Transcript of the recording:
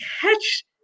catch